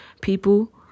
people